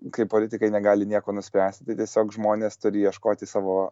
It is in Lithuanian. kai politikai negali nieko nuspręsti tai tiesiog žmonės turi ieškoti savo